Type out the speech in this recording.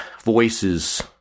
voices